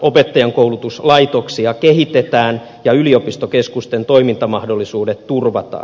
opettajankoulutuslaitoksia kehitetään ja yliopistokeskusten toimintamahdollisuudet turvataan